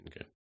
Okay